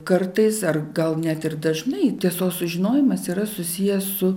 kartais ar gal net ir dažnai tiesos sužinojimas yra susiję su